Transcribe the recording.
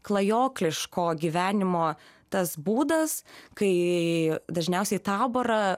klajokliško gyvenimo tas būdas kai dažniausiai taborą